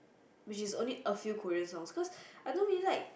which is only a few Korean songs because I don't really like